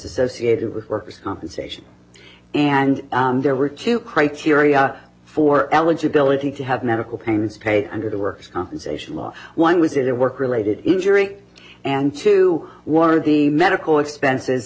associated with workers compensation and there were two criteria for eligibility to have medical payments paid under the works compensation law one was a work related injury and to one of the medical expenses